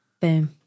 Boom